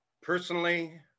personally